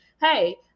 Hey